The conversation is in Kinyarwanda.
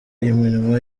iminwa